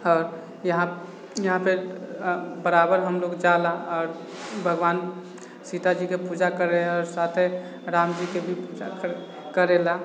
आओर यहाँ यहाँपर बराबर हम लोग जाला आओर भगवान सीताजीके पूजा करै आओर साथे रामजीके भी पूजा करै करैला